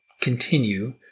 continue